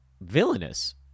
villainous